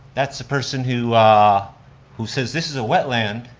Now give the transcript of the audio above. that's the person who ah who says this is a wetland